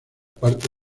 parte